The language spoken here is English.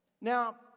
Now